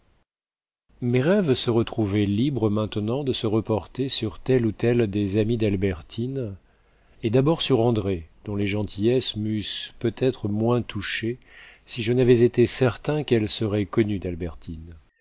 mes rêves se retrouvaient libres maintenant de se reporter sur telle ou telle des amies d'albertine et d'abord sur andrée dont les gentillesses m'eussent peut-être moins touché si je n'avais été certain qu'elles seraient connues d'albertine